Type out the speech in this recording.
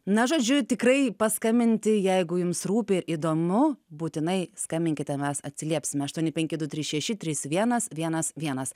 na žodžiu tikrai paskambinti jeigu jums rūpi ir įdomu būtinai skambinkite mes atsiliepsime aštuoni penki du trys šeši trys vienas vienas vienas